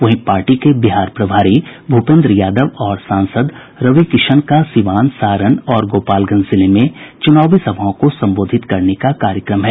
वहीं पार्टी के बिहार प्रभारी भूपेन्द्र यादव और सांसद रविकिशन का सिवान सारण और गोपालगंज जिले में चुनावी सभाओं को संबोधित करने का कार्यक्रम है